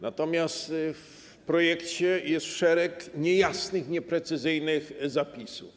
Natomiast w projekcie jest szereg niejasnych, nieprecyzyjnych zapisów.